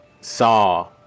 saw